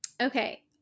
Okay